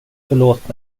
förlåt